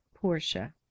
portia